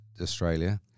australia